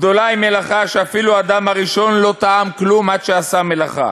גדולה היא מלאכה שאפילו אדם הראשון לא טעם כלום עד שעשה מלאכה.